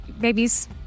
babies